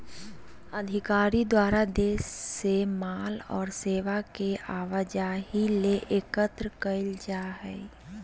अधिकारी द्वारा देश से माल और सेवा के आवाजाही ले एकत्र कइल जा हइ